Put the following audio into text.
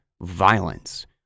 violence